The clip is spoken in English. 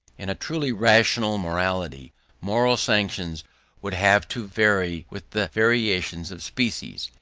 in a truly rational morality moral sanctions would have to vary with the variation of species,